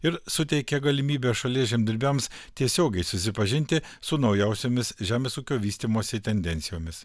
ir suteikia galimybę šalies žemdirbiams tiesiogiai susipažinti su naujausiomis žemės ūkio vystymosi tendencijomis